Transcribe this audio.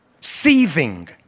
seething